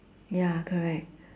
ya correct